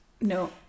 No